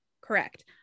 correct